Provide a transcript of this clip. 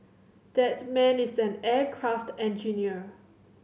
that man is an aircraft engineer